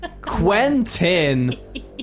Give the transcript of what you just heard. Quentin